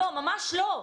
ממש לא.